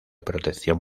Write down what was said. protección